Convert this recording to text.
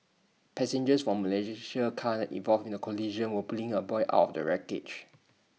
passengers from A Malaysian car involved in the collision were pulling A boy out of the wreckage